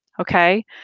okay